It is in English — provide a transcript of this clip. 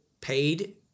paid